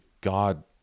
God